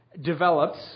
develops